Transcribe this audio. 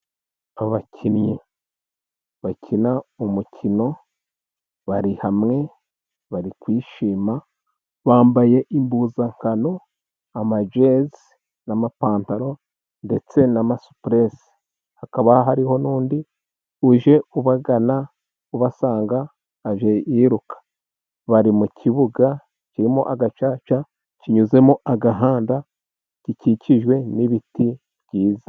Abakinnyi bakina umukino bari hamwe bari kwishima, bambaye impuzankano amajezi n'amapantaro ndetse n'amasupuresi, hakaba hariho n'undi uje ubagana ubasanga aje yiruka. Bari mu kibuga kirimo agacaca, kinyuzemo agahanda gikikijwe n'ibiti byiza.